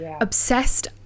obsessed